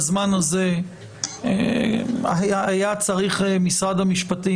בזמן הזה היה צריך משרד המשפטים,